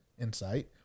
insight